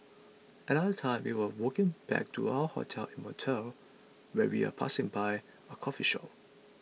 another time we were walking back to our hotel in Montreal when we are passing by a coffee shop